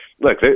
look